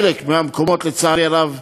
בחלק מהמקומות, לצערי הרב,